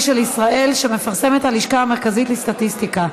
של ישראל שמפרסמת הלשכה המרכזית לסטטיסטיקה,